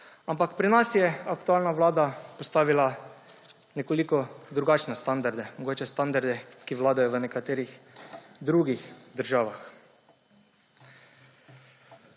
Ampak pri nas je aktualna vlada postavila nekoliko drugačne standarde, mogoče standarde, ki vladajo v nekaterih drugih državah.